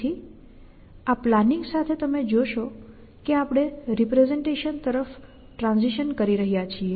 તેથી આ પ્લાનિંગ સાથે તમે જોશો કે આપણે રિપ્રેસેંટેશન તરફ ટ્રાંઝિશન કરી રહ્યા છીએ